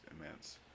immense